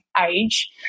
age